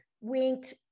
winked